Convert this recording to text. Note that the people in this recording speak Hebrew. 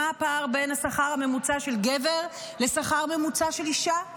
מה הפער בין השכר הממוצע של גבר לשכר ממוצע של אישה?